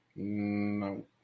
No